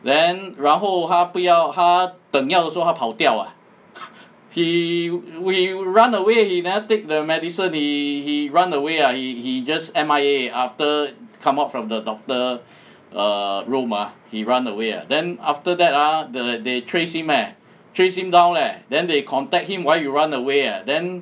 then 然后他不要他等药的时候他跑掉 ah he he run away he never take the medicine he he run away ah he he just M_I_A after come out from the doctor err room ah he run away then after that ah the they trace him eh trace him down leh then they contact him why you run away eh then